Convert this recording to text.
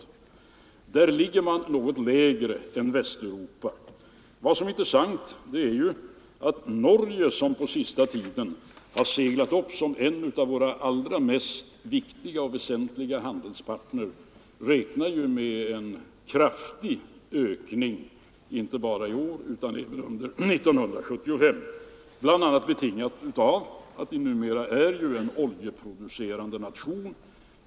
I USA ligger tillväxten något lägre än i Västeuropa. Vad som är intressant är att man i Norge, som under senaste tiden har seglat upp som en av våra allra viktigaste och mest väsentliga handelspartner, räknar med en kraftig ökning inte bara i år utan även under 1975. Detta är bl.a. betingat av att Norge numera är en oljeproducerande nation.